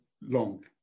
long